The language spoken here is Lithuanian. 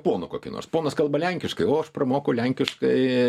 poną kokį nors ponas kalba lenkiškai o aš pramokau lenkiškai